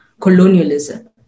colonialism